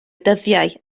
dyddiau